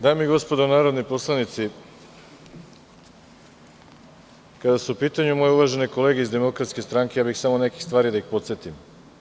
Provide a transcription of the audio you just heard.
Dame i gospodo narodni poslanici, kada su u pitanju moje uvažene kolege iz DS, ja bih samo neke stvari da ih podsetim.